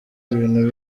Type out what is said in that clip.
ibintu